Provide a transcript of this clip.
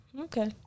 okay